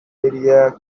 area